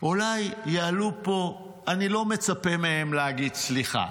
אולי יעלו פה, אני לא מצפה מהם להגיד סליחה,